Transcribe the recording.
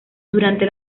durante